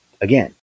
Again